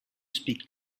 speak